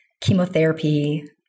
chemotherapy